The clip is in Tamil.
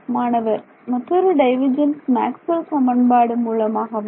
மாணவர் மற்றொரு டைவர்ஜென்ஸ் மேக்ஸ்வெல் சமன்பாடு மூலமாகவா